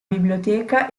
biblioteca